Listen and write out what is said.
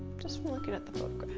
just looking at the